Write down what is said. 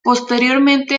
posteriormente